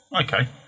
Okay